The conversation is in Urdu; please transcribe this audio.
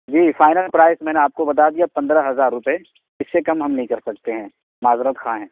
جی فائنل پرائس میں نے آپ کو بتا دیا پندرہ ہزار روپئے اس سے کم ہم نہیں کر سکتے ہیں معذرت خواہ ہیں